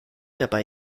dabei